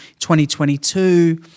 2022